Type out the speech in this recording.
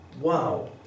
wow